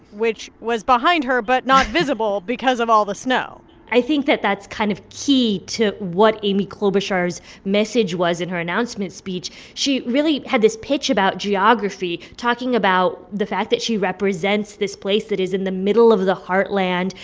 which was behind her but not visible because of all the snow i think that that's kind of key to what amy klobuchar's message was in her announcement speech. she really had this pitch about geography, talking about the fact that she represents this place that is in the middle of the heartland.